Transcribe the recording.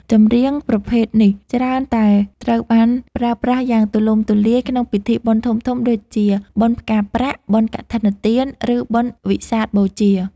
ចម្រៀងប្រភេទនេះច្រើនតែត្រូវបានប្រើប្រាស់យ៉ាងទូលំទូលាយក្នុងពិធីបុណ្យធំៗដូចជាបុណ្យផ្កាប្រាក់ បុណ្យកឋិនទាន ឬបុណ្យវិសាខបូជា